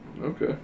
Okay